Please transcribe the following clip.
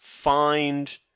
Find